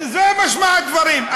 זה משמע הדברים.